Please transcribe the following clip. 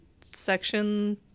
section